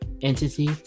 entity